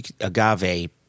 agave